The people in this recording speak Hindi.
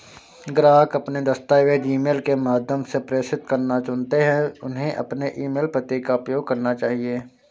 ग्राहक अपने दस्तावेज़ ईमेल के माध्यम से प्रेषित करना चुनते है, उन्हें अपने ईमेल पते का उपयोग करना चाहिए